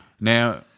Now